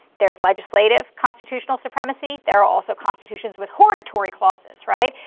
there's legislative constitutional supremacy, there are also constitutions with hortatory clauses, right,